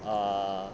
uh